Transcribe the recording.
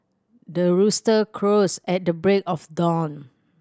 the rooster crows at the break of dawn